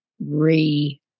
re